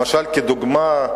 למשל, כדוגמה,